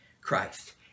Christ